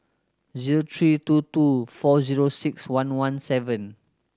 zero three two two four zero six one one seven